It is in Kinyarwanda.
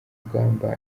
rugamba